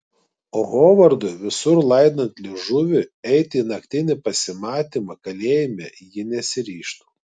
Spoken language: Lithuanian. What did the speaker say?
o hovardui visur laidant liežuvį eiti į naktinį pasimatymą kalėjime ji nesiryžtų